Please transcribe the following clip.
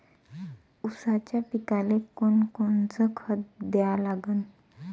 ऊसाच्या पिकाले कोनकोनचं खत द्या लागन?